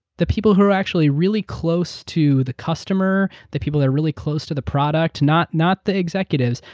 the people who are actually really close to the customer, the people that are really close to the product, not not the executives,